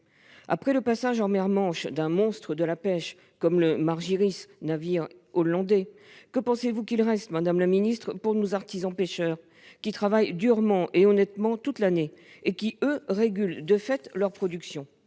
Après le passage dans la Manche d'un « monstre de la pêche » comme le, navire néerlandais, que pensez-vous qu'il reste, madame la secrétaire d'État, pour nos artisans pêcheurs qui travaillent dur et honnêtement toute l'année et qui, eux, régulent de fait leur production ?